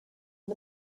and